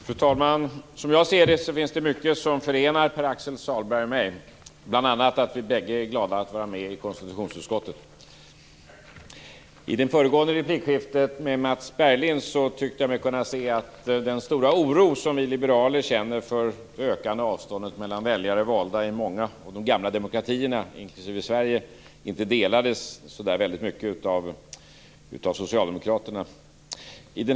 Fru talman! Som jag ser det finns det mycket som förenar Pär-Axel Sahlberg och mig, bl.a. att vi bägge är glada över att vara med i konstitutionsutskottet. I det föregående replikskiftet med Mats Berglind tyckte jag mig kunna se att den stora oro som vi liberaler känner för det ökande avståndet mellan väljare och valda i många av de gamla demokratierna - inklusive i Sverige - inte delades så mycket av socialdemokraterna.